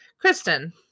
Kristen